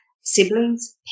siblings